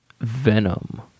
Venom